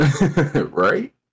Right